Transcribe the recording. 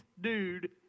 dude